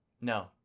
No